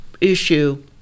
issue